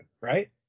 right